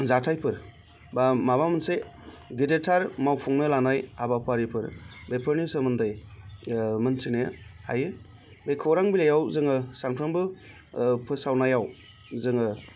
जाथाइफोर बा माबा मोनसे गिदिरथार मावफुंनो लानाय हाबाफारिफोर बेफोरनि सोमोन्दै मोनथिनाया हायो बे खौरां बिलाइयाव जोङो सामफ्रामबो फोसावनायाव जोङो